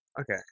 Okay